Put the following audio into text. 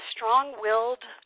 Strong-Willed